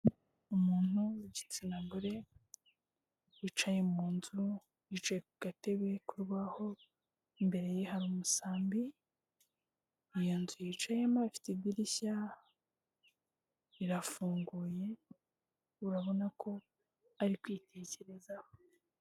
Umuntu w'igitsina gore wicaye mu nzu, yicaye ku gatebe k'urubaho, imbere ye hari umusambi, iyo nzu yicayemo ifite idirishya, irafunguye, urabona ko ari kwitekerezaho.